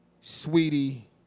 Sweetie